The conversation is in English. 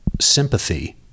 sympathy